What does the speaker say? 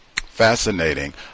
Fascinating